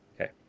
Okay